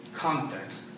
context